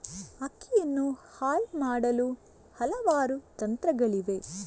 ಅಕ್ಕಿಯನ್ನು ಹಲ್ ಮಾಡಲು ಹಲವಾರು ತಂತ್ರಗಳಿವೆ